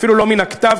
אפילו לא מן הכתב,